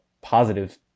positive